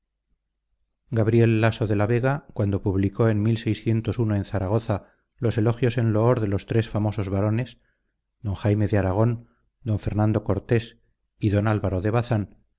gabriel laso de la vega cuando publicó en en zaragoza los elogios en loor de los tres famosos varones d jaime de aragón d fernando cortés y d álvaro de bazán